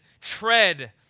tread